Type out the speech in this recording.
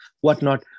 whatnot